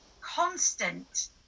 constant